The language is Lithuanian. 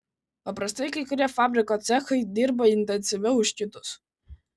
paprastai kai kurie fabriko cechai dirba intensyviau už kitus